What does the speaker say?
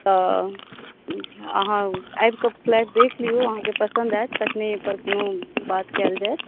अहाँ आबि कय फ्लैट देख लियौ अहाँकेॅं पसन्द आयत तखने एहि पर कोनो बात कयल जायत